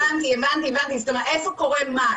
הבנתי, איפה קורה מה?